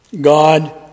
God